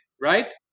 right